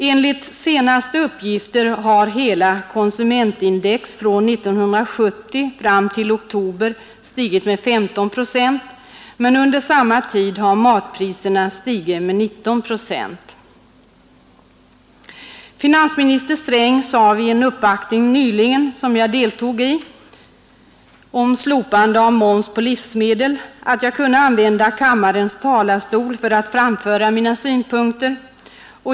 Enligt senaste uppgifter har hela konsumentprisindex från 1970 fram till oktober 1971 stigit med 15 procent, men under samma tid har matpriserna ökat med 19 procent. Finansminister Sträng sade vid en uppvaktning nyligen, som jag deltog i, om slopande av moms på livsmedel, att jag kunde använda kammarens talarstol för att framföra mina synpunkter.